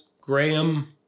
Graham